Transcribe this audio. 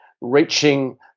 reaching